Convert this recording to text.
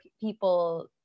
people